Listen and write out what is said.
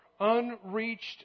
unreached